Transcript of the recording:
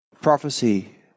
Prophecy